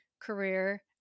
career